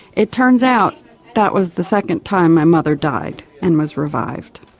it turns out that was the second time my mother died and was revived.